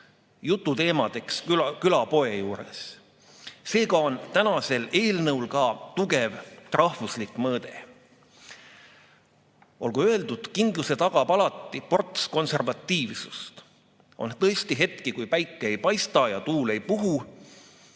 jututeemaks külapoe juures. Seega on tänasel eelnõul ka tugev rahvuslik mõõde. Olgu öeldud, et kindluse tagab alati ports konservatiivsust. On tõesti hetki, kui päike ei paista ja tuul ei puhu.